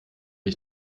ich